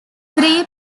three